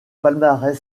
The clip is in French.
palmarès